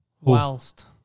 Whilst